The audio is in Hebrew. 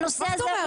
על נושא חדש?